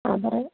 അ പറ